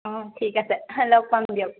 অঁ ঠিক আছে হয় লগ পাম দিয়ক